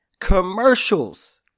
commercials